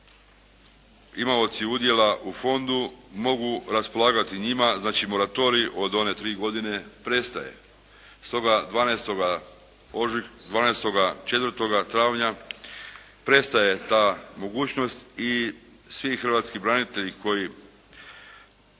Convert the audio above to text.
imaoci udjela u fondu mogu raspolagati njima znači moratorij od one tri godine prestaje. Stoga 12.4., travnja prestaje ta mogućnost i svi hrvatski branitelji koji